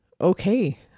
okay